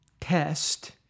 test